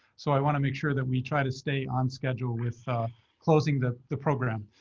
so i want to make sure that we try to stay on schedule with closing the the program.